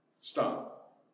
Stop